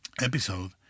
episode